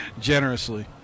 Generously